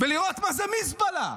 ולראות מה זה מזבלה.